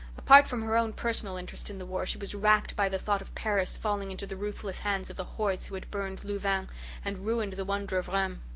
apart from her own personal interest in the war, she was racked by the thought of paris falling into the ruthless hands of the hordes who had burned louvain and ruined the wonder of rheims.